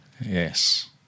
Yes